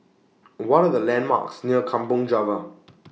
What Are The landmarks near Kampong Java